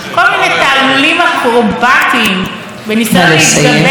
כל מיני תעלולים אקרובטיים, נא לסיים.